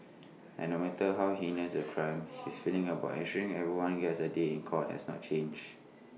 and no matter how heinous the crime his feelings about ensuring everyone gets A day court has not changed